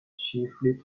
chiefly